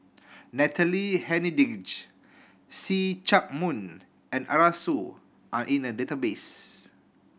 Natalie Hennedige See Chak Mun and Arasu are in the database